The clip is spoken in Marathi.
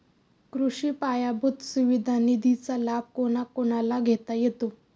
कृषी पायाभूत सुविधा निधीचा लाभ कोणाकोणाला घेता येतो?